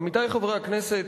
עמיתי חברי הכנסת,